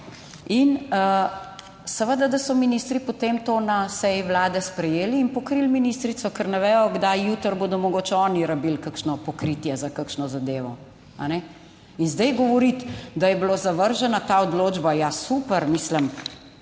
In seveda, da so ministri potem to na seji Vlade sprejeli in pokrili ministrico, ker ne vejo kdaj jutri bodo mogoče oni rabili kakšno pokritje za kakšno zadevo. In zdaj govoriti, da je bila zavržena ta odločba. Ja, super. Mislim,